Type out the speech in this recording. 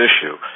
issue